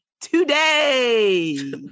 today